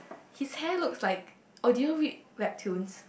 his hair looks like oh do you read webtoons